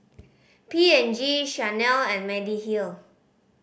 P and G Chanel and Mediheal